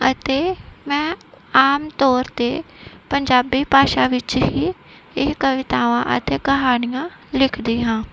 ਅਤੇ ਮੈਂ ਆਮ ਤੌਰ ਤੇ ਪੰਜਾਬੀ ਭਾਸ਼ਾ ਵਿੱਚ ਹੀ ਇਹ ਕਵਿਤਾਵਾਂ ਅਤੇ ਕਹਾਣੀਆਂ ਲਿਖਦੀ ਹਾਂ